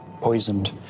poisoned